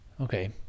Okay